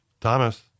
Thomas